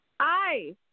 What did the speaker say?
Hi